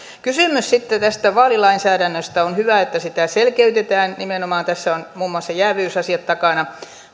sitten kysymys tästä vaalilainsäädännöstä on hyvä että sitä selkeytetään nimenomaan tässä ovat muun muassa jääviysasiat takana